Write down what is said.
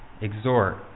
exhort